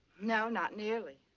no, not nearly.